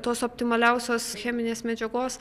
tos optimaliausios cheminės medžiagos